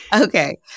Okay